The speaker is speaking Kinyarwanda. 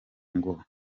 ngo